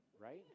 right